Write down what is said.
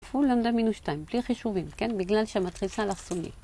ולמדא מינוס שתיים, בלי חישובים, כן? בגלל שמטריצה אלכסונית.